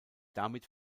damit